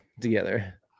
together